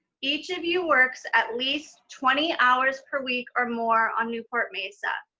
each of you works at least twenty hours per week or more on newport mesa.